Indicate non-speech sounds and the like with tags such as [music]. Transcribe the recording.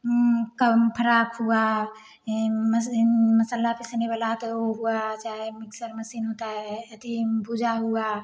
कम फ्राक हुआ ये मसाला पीसने वाला आता है तो हुआ चाहे मिक्सर मसीन होता है [unintelligible] पूजा हुआ